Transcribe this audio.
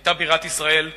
היתה בירת ישראל ירושלים,